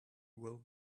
will